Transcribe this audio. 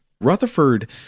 Rutherford